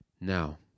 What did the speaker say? now